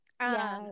Yes